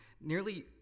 nearly